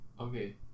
Okay